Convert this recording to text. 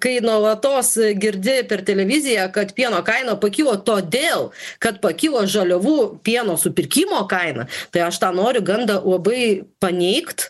kai nuolatos girdi per televiziją kad pieno kaina pakilo todėl kad pakilo žaliavų pieno supirkimo kaina tai aš tą noriu gandą labai paneigt